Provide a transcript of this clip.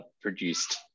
produced